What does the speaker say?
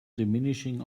diminishing